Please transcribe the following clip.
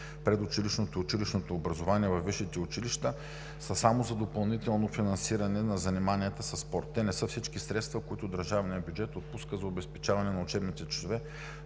предучилищното и училищното образование, във висшите училища са само за допълнително финансиране на заниманията със спорт. Те не са всички средства, които държавният бюджет отпуска за обезпечаване на учебните часове